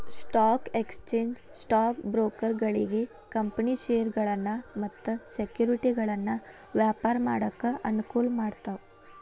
stock exchange stock ಬ್ರೋಕರ್ಗಳಿಗಿ company ಷೇರಗಳನ್ನ ಮತ್ತ ಸೆಕ್ಯುರಿಟಿಗಳನ್ನ ವ್ಯಾಪಾರ ಮಾಡಾಕ ಅನುಕೂಲ ಮಾಡ್ತಾವ